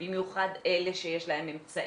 במיוחד אלה שיש להם אמצעים,